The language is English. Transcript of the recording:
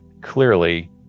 clearly